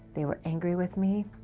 they were angry with me,